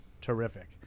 terrific